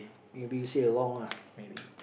maybe you say a wrong ah